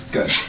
Good